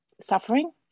suffering